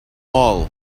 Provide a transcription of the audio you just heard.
all